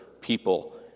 people